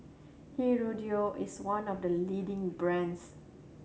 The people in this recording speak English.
Hirudoid is one of the leading brands